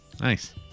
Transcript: Nice